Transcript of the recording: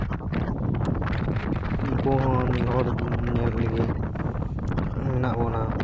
ᱩᱱᱠᱩ ᱦᱚᱸ ᱱᱩᱱᱟᱹᱜ ᱦᱚᱲ ᱧᱮᱞ ᱞᱟᱹᱜᱤᱫ ᱢᱮᱱᱟᱜ ᱵᱚᱱᱟ